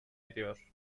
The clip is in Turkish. ediyor